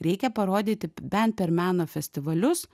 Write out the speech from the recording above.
reikia parodyti bent per meno festivalius